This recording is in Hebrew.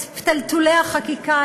את פתלתולי החקיקה,